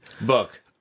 Book